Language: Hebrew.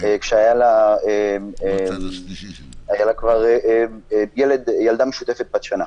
כשהיה לה כבר ילדה משותפת בת שנה.